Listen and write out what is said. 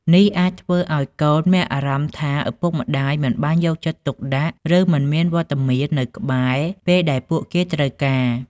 នេះអាចធ្វើឱ្យកូនមានអារម្មណ៍ថាឪពុកម្ដាយមិនបានយកចិត្តទុកដាក់ ឬមិនមានវត្តមាននៅក្បែរពេលដែលពួកគេត្រូវការ។